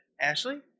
Ashley